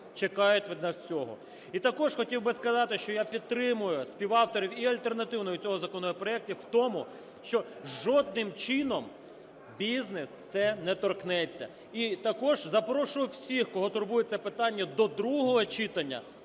чекають від нас цього. І також хотів би сказати, що я підтримую співавторів і альтернативного, і цього законопроектів в тому, що жодним чином бізнес це не торкнеться. І також запрошую всіх, кого турбує це питання, до другого читання